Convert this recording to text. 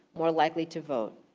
more likely to vote.